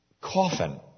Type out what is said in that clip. coffin